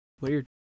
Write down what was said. Weird